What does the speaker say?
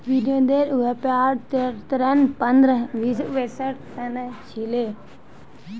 विनोदेर व्यापार ऋण पंद्रह वर्षेर त न छिले